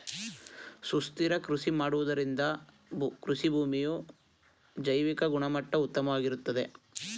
ಸುಸ್ಥಿರ ಕೃಷಿ ಮಾಡುವುದರಿಂದ ಕೃಷಿಭೂಮಿಯ ಜೈವಿಕ ಗುಣಮಟ್ಟ ಉತ್ತಮವಾಗಿರುತ್ತದೆ